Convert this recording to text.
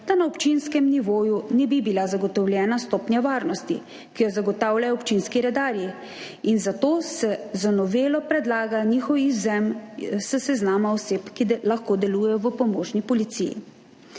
da na občinskem nivoju ne bi bila zagotovljena stopnja varnosti, ki jo zagotavljajo občinski redarji. Zato se z novelo predlaga njihov izvzem s seznama oseb, ki lahko delujejo v pomožni policiji.